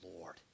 Lord